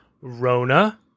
Rona